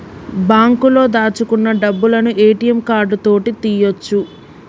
బాంకులో దాచుకున్న డబ్బులను ఏ.టి.యం కార్డు తోటి తీయ్యొచు